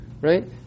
Right